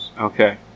Okay